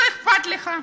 לא אכפת לך?